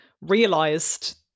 realized